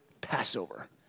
Passover